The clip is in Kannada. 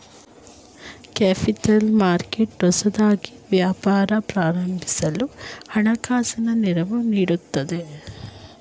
ಕ್ಯಾಪಿತಲ್ ಮರ್ಕೆಟ್ ಹೊಸದಾಗಿ ವ್ಯಾಪಾರ ಪ್ರಾರಂಭಿಸಲು ಹಣಕಾಸಿನ ನೆರವು ನೀಡುತ್ತದೆ